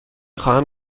خواهم